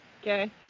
Okay